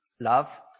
Love